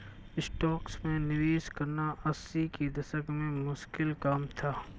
stocks में निवेश करना अस्सी के दशक में मुश्किल काम था